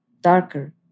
darker